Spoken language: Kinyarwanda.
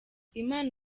imana